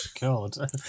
God